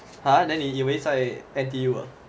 !huh! and then 你以为在 N_T_U ah